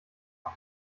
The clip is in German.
auf